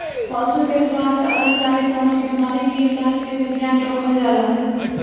पशु के स्वास्थ आ चाहे कवनो बीमारी के इलाज के भी ध्यान रखल जाला